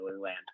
land